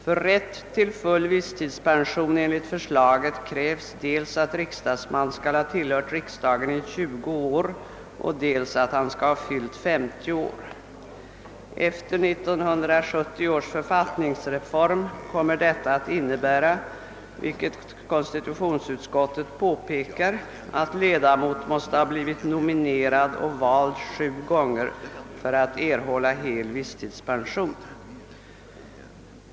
För rätt till full visstidspension krävs enligt förslaget dels att riksdagsman skall ha tillhört riksdagen 20 år, dels att han skall ha fyllt 50 år. Efter 1970 års författningsreform kommer detta att innebära, vilket konstitutionsutskottet påpekar, att ledamot måste ha blivit nominerad och vald sju gånger för att erhålla hel visstidspension.